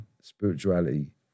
spirituality